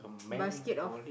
basket of